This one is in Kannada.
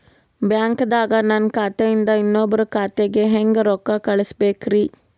ಬ್ಯಾಂಕ್ದಾಗ ನನ್ ಖಾತೆ ಇಂದ ಇನ್ನೊಬ್ರ ಖಾತೆಗೆ ಹೆಂಗ್ ರೊಕ್ಕ ಕಳಸಬೇಕ್ರಿ?